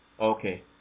okay